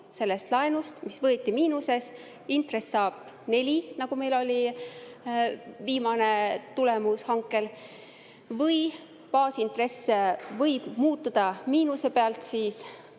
sellest laenust, mis võeti miinuses, intress 4%, nagu meil oli viimane tulemus hankel, või baasintress võib muutuda miinuse pealt